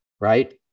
right